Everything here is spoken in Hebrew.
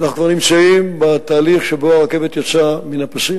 אנחנו נמצאים בשלבים הראשונים של המהפכה הזאת.